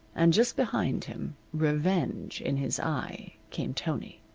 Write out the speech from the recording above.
and just behind him, revenge in his eye, came tony.